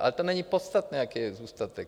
Ale to není podstatné, jaký je zůstatek.